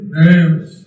names